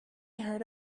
heard